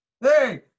Hey